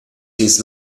his